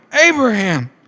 Abraham